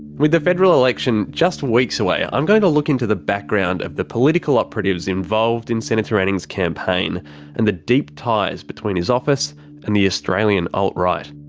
with the federal election just weeks away, i'm going to look into the background of the political operatives involved in senator anning's campaign and the deep ties between his office and the australian alt-right.